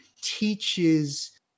teaches